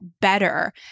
better